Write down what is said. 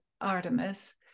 artemis